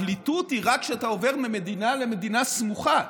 הפליטות היא רק כשאתה עובר ממדינה למדינה סמוכה,